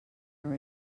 are